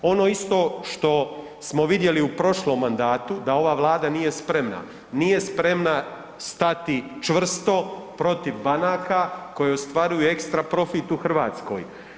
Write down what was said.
Ono isto što smo vidjeli u prošlom mandatu da ova vlada nije spremna, nije spremna stati čvrsto protiv banaka koje ostvaruju ekstra profit u RH.